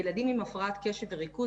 ילדים עם הפרעת קשב וריכוז,